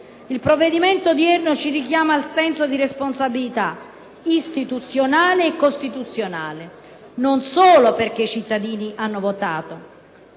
Il provvedimento odierno ci richiama al senso di responsabilità istituzionale e costituzionale, non solo perché i cittadini hanno votato.